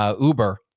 Uber